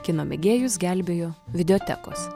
kino mėgėjus gelbėjo videotekos